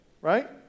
right